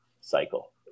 cycle